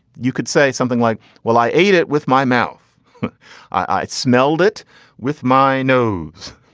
you could say something like well i ate it with my mouth i smelled it with my nose.